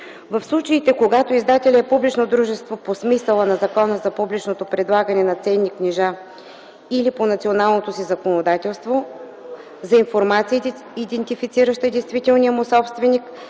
В случаите, когато издателят е публично дружество по смисъла на Закона за публичното предлагане на ценни книжа или по националното си законодателство, за информация, идентифицираща действителния му собственик